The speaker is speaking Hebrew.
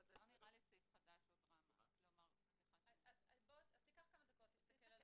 "(1) אמצעי תשלום המאפשר רכישה רק של נכס או שירות שמספק נותן